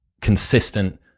consistent